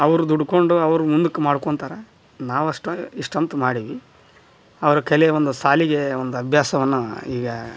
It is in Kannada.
ಅವ್ರು ದುಡ್ಕೊಂಡು ಅವ್ರ ಮುಂದಕ್ಕೆ ಮಾಡ್ಕೊಳ್ತಾರ ನಾವಷ್ಟ್ನಾಗ ಇಷ್ಟಂತು ಮಾಡೀವಿ ಅವ್ರ ಕಲೆ ಒಂದು ಶಾಲಿಗೆ ಒಂದು ಅಭ್ಯಾಸವನ್ನ ಈಗ